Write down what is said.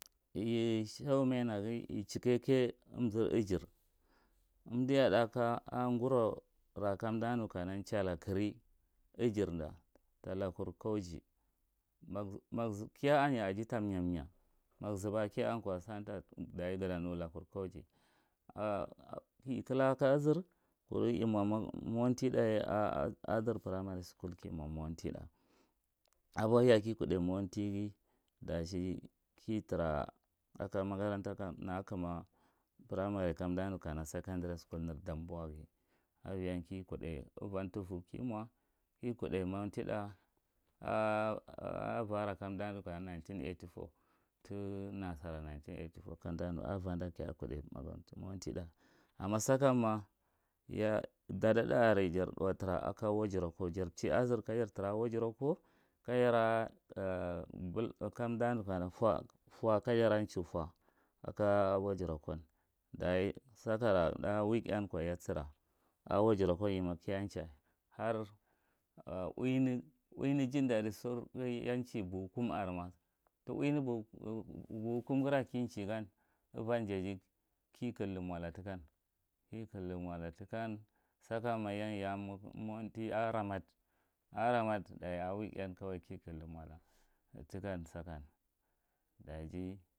Ye shehu mainage ichikeke umzur igir umdi yahta gurou rakada nuka chila kiri igir talaku kanji, keya an yaji tam yanye ma ga zuba kiya a kuw da ji gutia nujakur kanji iclaka azir kuru imo mowanti th’a ye ako azir primary school kima mowantida abohiya kikudey mowantighi daji kitra na akuma primary nakanda nuka na secondary school damboa aviyan kikudda ivanthur kimo kikudda mowanti th’a a avara amdanu tinasara amda nu, avadan k yaa kuda mowanti ama sakanma dada are jar thuwa tra ako wajiroko jar chir azir ka jara ko wajuroko kajara bal, bul kanda nuka fuho kanda chie fomo ako wojiroko daji sakara tha weekend ko yatra ako wujaroko yema kiyan chie har uwini giddadi surrghi yachinye book kum arma to uvini ghira boka kum gira kichier gan avan jati ki climola tikan kiclimola tokan sakan ma amowanti ako ramat a ramat dachi weekend kichimola tikan sakan daji